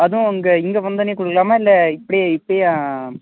அதுவும் அங்கே இங்கே வந்தோன்னே கொடுக்கலாமா இல்லை இப்படியே இப்பயே